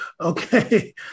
Okay